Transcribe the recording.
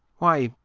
why,